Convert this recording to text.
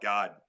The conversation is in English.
God